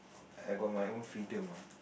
I got my own freedom ah